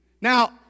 Now